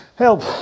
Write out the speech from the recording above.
help